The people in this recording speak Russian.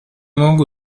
могу